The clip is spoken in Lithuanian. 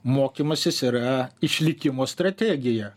mokymasis yra išlikimo strategija